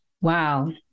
wow